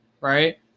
right